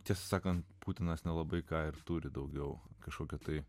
tiesą sakant putinas nelabai ką ir turi daugiau kažkokio tai